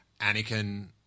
Anakin